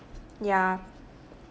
yeah